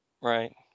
Right